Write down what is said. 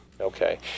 Okay